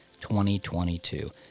2022